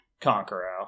Conqueror